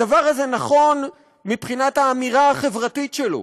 הדבר הזה נכון מבחינת האמירה החברתית שלו,